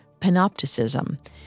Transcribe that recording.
panopticism